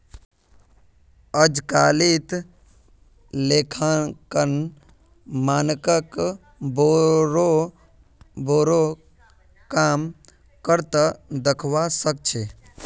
अजकालित लेखांकन मानकक बोरो बोरो काम कर त दखवा सख छि